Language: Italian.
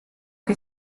che